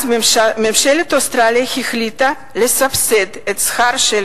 ממשלת אוסטרליה החליטה לסבסד את השכר של